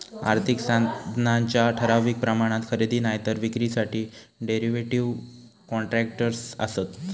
आर्थिक साधनांच्या ठराविक प्रमाणात खरेदी नायतर विक्रीसाठी डेरीव्हेटिव कॉन्ट्रॅक्टस् आसत